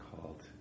called